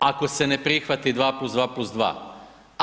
Ako se ne prihvati 2+2+2?